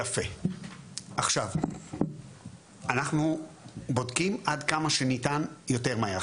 יפה, עכשיו, אנחנו בודקים עד כמה שניתן יותר מהר.